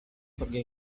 pergi